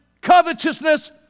covetousness